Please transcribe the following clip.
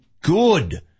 good